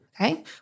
Okay